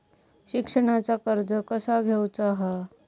शिक्षणाचा कर्ज कसा घेऊचा हा?